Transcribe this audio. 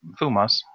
Fumas